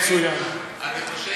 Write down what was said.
אני אסתפק בזה.